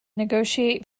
negotiate